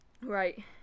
right